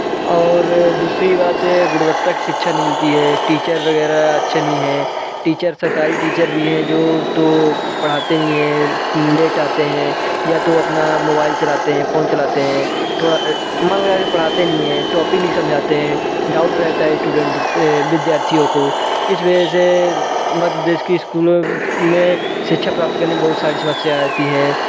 और दूसरी बात है गुणवत्ता की शिक्षा नहीं मिलती है टीचर वगैरह अच्छे नहीं हैं टीचर सरकारी टीचर भी हैं जो तो पढ़ाते नहीं हैं लेट आते हैं या तो अपना मोबाइल चलाते हैं फोन चलाते हैं थोड़ा मन लगा के पढ़ाते नहीं हैं टॉपिक नहीं समझाते हैं डाउट रहता है विद्यार्थियों को इस वजह से मध्य प्रदेश की स्कूलों में शिक्षा प्राप्त करने में बहुत सारी समस्या आती हैं